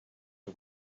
que